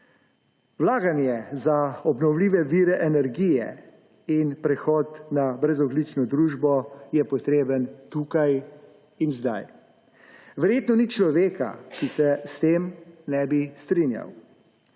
Vlaganje za obnovljive vire energije in prehod na brezogljično družbo sta potrebna tukaj in zdaj. Verjetno ni človeka, ki se s tem ne bi strinjal.